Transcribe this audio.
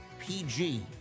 PG